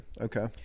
Okay